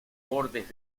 bordes